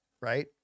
right